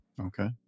Okay